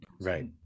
Right